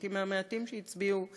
הייתי מהמעטים שהצביעו נגד.